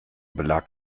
belag